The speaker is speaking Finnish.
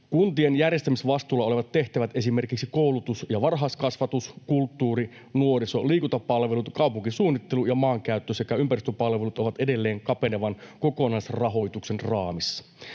Kuntien järjestämisvastuulla olevat tehtävät, esimerkiksi koulutus- ja varhaiskasvatus, kulttuuri-, nuoriso- ja liikuntapalvelut, kaupunkisuunnittelu ja maankäyttö sekä ympäristöpalvelut, ovat edelleen kapenevan kokonaisrahoituksen raamissa.